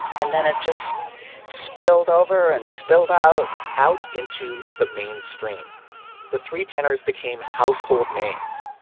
and then it just spilled over and spilled out out into the main stream the three tenors became household names.